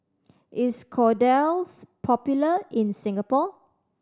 is Kordel's popular in Singapore